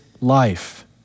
life